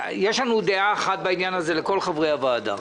יש לנו דעה אחת בעניין הזה, לכל חברי הוועדה.